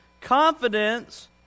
confidence